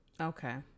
Okay